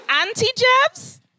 anti-jabs